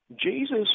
Jesus